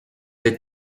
êtes